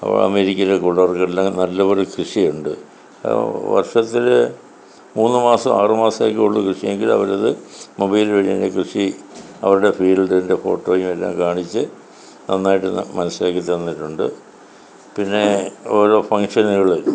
അ അമേരിക്കയിലൊക്കെ ഉള്ളവർക്കെല്ലാം നല്ല പോലെ കൃഷിയുണ്ട് വർഷത്തിൽ മൂന്ന് മാസം ആറ് മാസമൊക്കെ ഉള്ളു കൃഷി എങ്കിൽ അവർ അത് മൊബൈല് വഴി തന്നെ കൃഷി അവരുടെ ഫീൽഡിൻ്റെ ഫോട്ടോയു എല്ലാം കാണിച്ചു നന്നായിട്ട് മനസ്സിലാക്കി തന്നിട്ടുണ്ട് പിന്നെ ഓരോ ഫങ്ഷനുകൾ